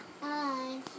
Hi